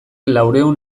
laurehun